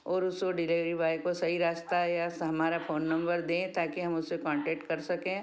और उस वो डिलेवरी बॉय को सही रास्ता या हमारा फोन नंबर दें ताकी हम उसे कोन्टेक्ट कर सकें